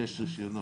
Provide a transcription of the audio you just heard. יש שישה רישיונות.